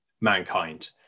mankind